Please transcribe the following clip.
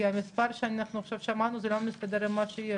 כי המספר שעכשיו שמענו לא מסתדר עם מה שיש.